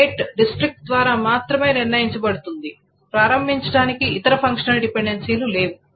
rate district ద్వారా మాత్రమే నిర్ణయించబడుతుంది ప్రారంభించడానికి ఇతర ఫంక్షనల్ డిపెండెన్సీలు లేవు